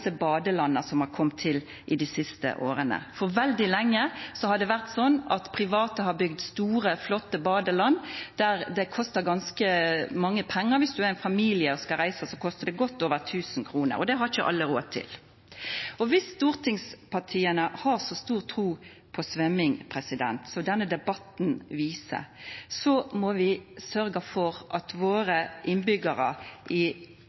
som har kommet til de siste årene. Veldig lenge har det vært sånn at private har bygd store, flotte badeland der det koster ganske mange penger. Hvis man er en familie som skal bade, koster det godt over 1 000 kr, og det har ikke alle råd til. Hvis stortingspartiene har så stor tro på svømming som denne debatten viser, må vi sørge for at lokalpolitikerne i